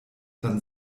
dann